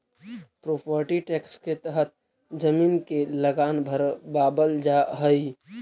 property tax के तहत जमीन के लगान भरवावल जा हई